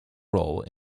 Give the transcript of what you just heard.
role